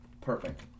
perfect